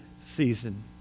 season